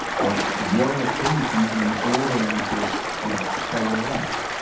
there were occasions when all their interests would coalesce.